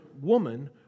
woman